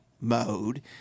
mode